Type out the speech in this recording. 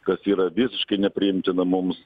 kas yra visiškai nepriimtina mums